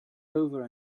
over